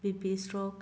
B P stroke